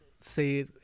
say